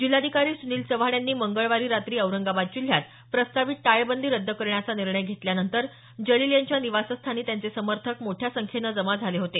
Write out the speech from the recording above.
जिल्हाधिकारी सुनील चव्हाण यांनी मंगळवारी रात्री औरंगाबाद जिल्ह्यात प्रस्तावित टाळेबंदी रद्द करण्याचा निर्णय घेतल्यानंतर जलील यांच्या निवासस्थानी त्यांचे समर्थक मोठ्या संख्येनं जमा झाले होते